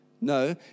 No